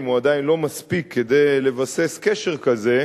הוא עדיין לא מספיק כדי לבסס קשר כזה,